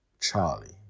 Charlie